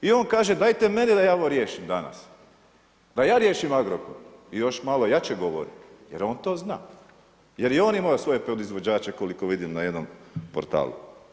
I on kaže dajte mene da ja ovo riješim danas, da ja riješim Agrokor i još malo jače govori jer on to zna, jer je imao svoje podizvođače koliko vidim na jednom portalu.